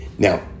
Now